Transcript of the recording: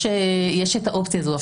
יש את האופציה הזאת.